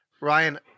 Ryan